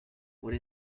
what